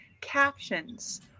captions